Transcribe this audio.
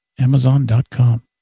Amazon.com